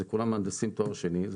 זה כולם מהנדסים תואר שני.